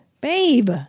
Babe